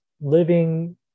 Living